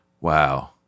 Wow